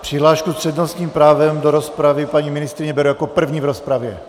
Přihlášku s přednostním právem do rozpravy, paní ministryně, beru jako první v rozpravě.